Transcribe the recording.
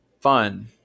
fun